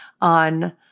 on